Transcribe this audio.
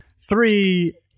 Three